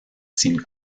sin